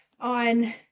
on